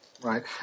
Right